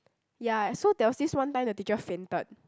ya so there was this one time the teacher fainted